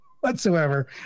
whatsoever